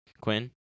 Quinn